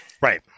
Right